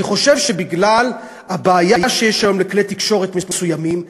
אני חושב שבגלל הבעיה שיש היום לכלי תקשורת מסוימים,